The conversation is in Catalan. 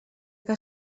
que